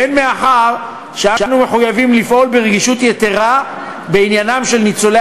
והן מאחר שאנו מחויבים לפעול ברגישות יתרה בעניינם של ניצולי